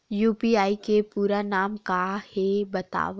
UPI के पूरा नाम का हे बतावव?